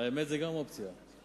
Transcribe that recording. האמת, גם זאת אופציה.